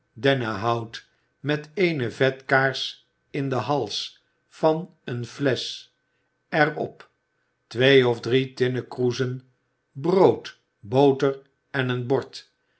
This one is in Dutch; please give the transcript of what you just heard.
dennenhout met eene vetkaars in den hals van eene flesch er op twee of drie tinnen kroezen brood boter en een bord